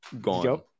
gone